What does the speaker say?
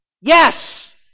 Yes